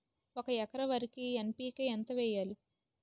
ఒక ఎకర వరికి N P K ఎంత వేయాలి?